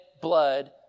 blood